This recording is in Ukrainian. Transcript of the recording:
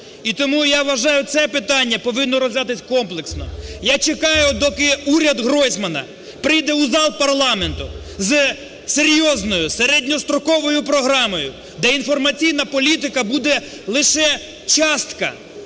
І тому, я вважаю, це питання повинно розглядатися комплексно. Я чекаю, доки уряд Гройсмана прийде у зал парламенту з серйозною середньостроковою програмою, де інформаційна політика буде лише частка